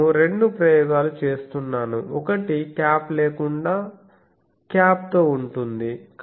నేను రెండు ప్రయోగాలు చేస్తున్నాను ఒకటి క్యాప్ లేకుండా క్యాప్ తో ఉంటుంది